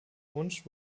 wunsch